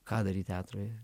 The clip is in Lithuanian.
ką daryt teatrui